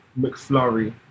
McFlurry